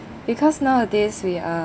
because nowadays we are